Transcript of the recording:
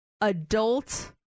adult